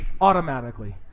automatically